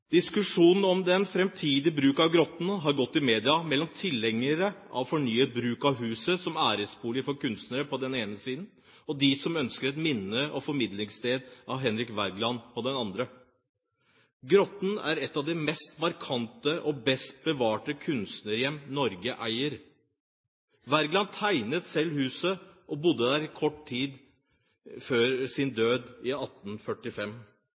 Diskusjonen om den framtidige bruken av Grotten har gått i media mellom tilhengere av fornyet bruk av huset som æresbolig for kunstnere på den ene siden, og de som ønsker et minne- og formidlingssted for Henrik Wergeland på den andre. Grotten er et av de mest markante og best bevarte kunstnerhjem Norge eier. Wergeland tegnet selv huset og bodde der kort tid før sin død i 1845.